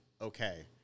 okay